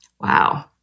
Wow